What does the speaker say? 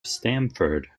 stamford